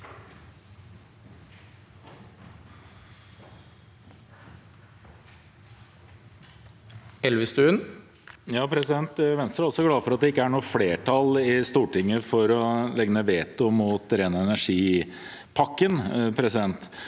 Vi i Venstre er også glade for at det ikke er noe flertall i Stortinget for å legge ned veto mot ren energi-pakken,